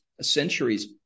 centuries